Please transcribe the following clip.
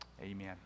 amen